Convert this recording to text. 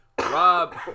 Rob